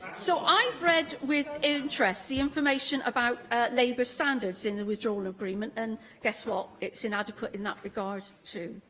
so, i've read with interest the information about labour standards in the withdrawal agreement, and guess what? it's inadequate in that regard too.